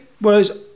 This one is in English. whereas